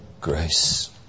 grace